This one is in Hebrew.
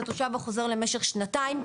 את התושב החוזר למשך שנתיים.